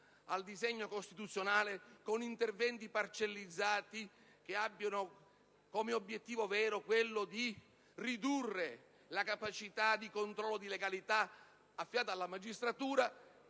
di legge costituzionale con interventi parcellizzati che abbiano come obiettivo vero quello di ridurre la capacità di controllo di legalità affidata alla magistratura